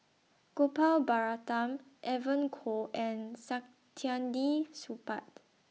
Gopal Baratham Evon Kow and Saktiandi Supaat